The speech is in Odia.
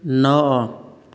ନଅ